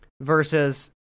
versus